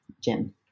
Jim